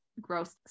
gross